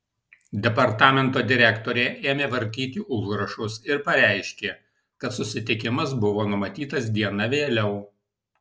departamento direktorė ėmė vartyti užrašus ir pareiškė kad susitikimas buvo numatytas diena vėliau